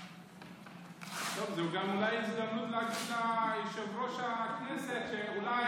זו אולי הזדמנות להגיד ליושב-ראש הכנסת שאולי